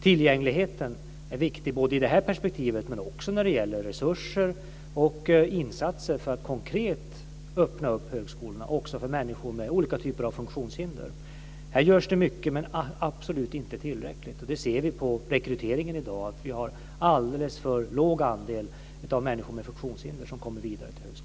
Tillgängligheten är viktig både i det här perspektivet och också när det gäller resurser och insatser för att konkret öppna upp högskolorna också för människor med olika typer av funktionshinder. Här görs det mycket, men absolut inte tillräckligt. Det ser vi på rekryteringen i dag. Vi har en alldeles för låg andel av människor med funktionshinder som kommer vidare till högskola.